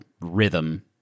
rhythm